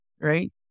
right